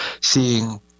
seeing